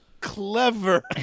clever